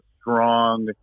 strong